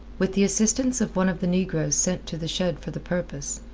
with the assistance of one of the negroes sent to the shed for the purpose,